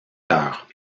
cœur